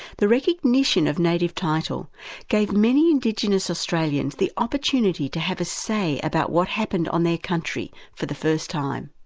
the recognition of native title gave many indigenous australians the opportunity to have a say about what happened on their country for the first time.